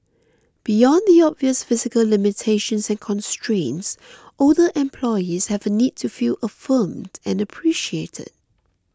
beyond the obvious physical limitations and constraints older employees have a need to feel affirmed and appreciated